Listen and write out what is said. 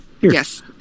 Yes